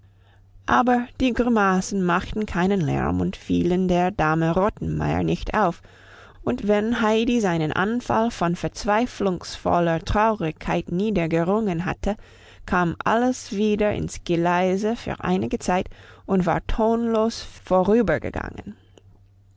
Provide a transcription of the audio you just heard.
aber die grimassen machten keinen lärm und fielen der dame rottenmeier nicht auf und wenn heidi seinen anfall von verzweiflungsvoller traurigkeit niedergerungen hatte kam alles wieder ins geleise für einige zeit und war tonlos vorübergegangen